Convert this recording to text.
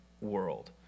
world